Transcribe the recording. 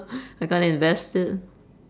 I can't invest it